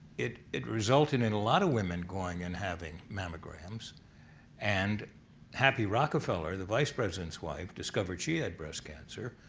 it it resulted in a lot of women going and having mammograms and happy rockefeller, the vice president's wife discovered she had breast cancer.